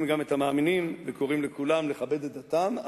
גם את המאמינים וקוראים לכולם לכבד את דתם,